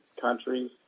countries